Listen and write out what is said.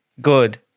good